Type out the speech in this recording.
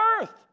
earth